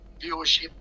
viewership